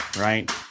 right